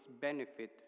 benefit